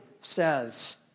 says